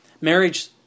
marriage